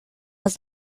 was